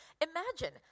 Imagine